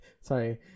sorry